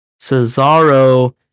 Cesaro